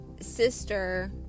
sister